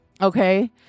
Okay